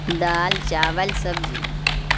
دال چاول سبزی